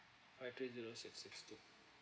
alright three zero six six two